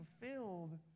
fulfilled